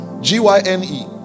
G-Y-N-E